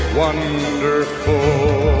wonderful